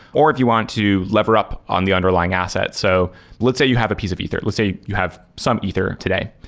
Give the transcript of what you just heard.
or if you want to lever up on the underlying asset. so let's say you have a piece of ether. let's you have some ether today.